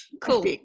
cool